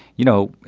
you know,